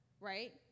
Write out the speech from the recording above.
right